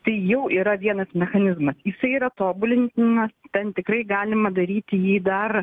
tai jau yra vienas mechanizmas jisai yra tobulintinas ten tikrai galima daryti jį dar